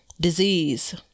Disease